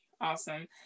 awesome